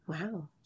Wow